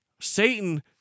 Satan